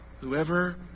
Whoever